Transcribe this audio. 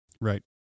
Right